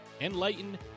enlighten